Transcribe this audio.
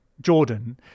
Jordan